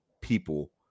people